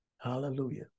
Hallelujah